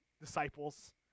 disciples